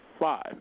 five